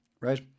right